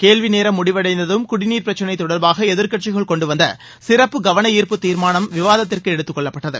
கேள்வி நேரம் முடிவடைந்ததும் குடிநீர் பிரச்சினை தொடர்பாக எதிர்கட்சிகள் கொண்டுவந்த சிறப்பு கவனார்ப்பு தீர்மானம் விவாதத்திற்கு எடுத்துக்கொள்ளப்பட்டது